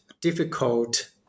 difficult